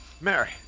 Mary